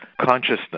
consciousness